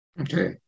Okay